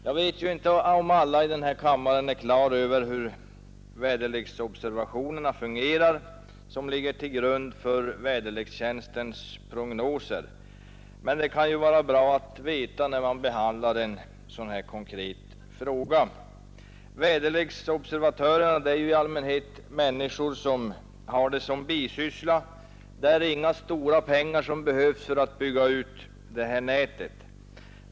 Jag vet inte om alla i den här kammaren är på det klara med hur de väderleksobservationer fungerar som ligger till grund för väderlekstjänstens prognoser, men det kan ju vara bra att veta, när man behandlar en sådan här konkret fråga. Väderleksobservatörerna är i allmänhet människor som har väderleksobservationerna som en bisyssla. Det behövs inga stora summor för att bygga ut observatörsnätet.